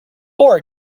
for